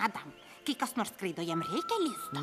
madam kai kas nors skraido jam reikia lizdo